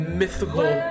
mythical